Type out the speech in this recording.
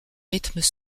rythmes